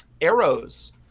Arrows